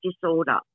disorder